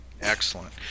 excellent